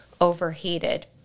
overheated